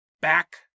back